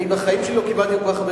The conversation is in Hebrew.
אני בחיים שלי לא קיבלתי כל כך הרבה